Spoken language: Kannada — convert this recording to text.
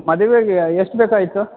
ಮದುವೆಗೆ ಎಷ್ಟು ಬೇಕಾಗಿತ್ತು